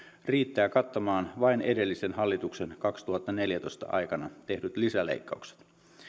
riittää kattamaan vain edellisen hallituksen vuoden kaksituhattaneljätoista aikana tehdyt lisäleikkaukset